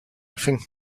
think